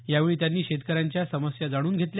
यावेळी त्यांनी शेतकऱ्यांच्या समस्या जाणून घेतल्या